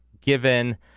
given –